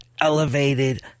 elevated